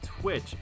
Twitch